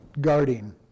guarding